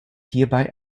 hierbei